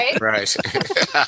Right